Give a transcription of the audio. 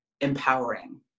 empowering